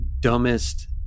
dumbest